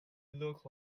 look